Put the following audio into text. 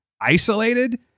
isolated